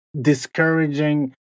discouraging